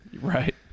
Right